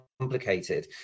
complicated